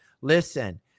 Listen